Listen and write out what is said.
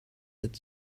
that